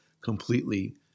completely